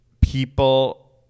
people